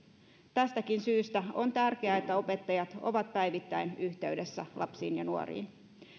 tästäkin syystä on tärkeää että opettajat ovat päivittäin yhteydessä lapsiin ja nuoriin